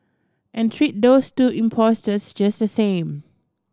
and treat those two impostors just the same